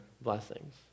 blessings